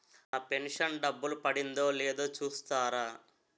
నా pension డబ్బులు పడిందో లేదో చూస్తారా?